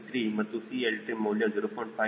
063 ಮತ್ತು CLtrim ಮೌಲ್ಯ 0